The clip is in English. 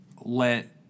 let